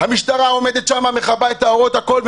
המשטרה עומדת שם מכבה את האורות הכול,